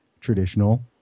traditional